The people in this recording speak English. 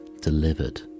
Delivered